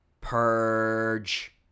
Purge